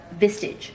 Vistage